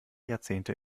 jahrzehnte